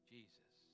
Jesus